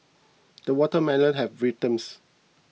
the watermelon has ripened